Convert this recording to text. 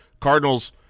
Cardinals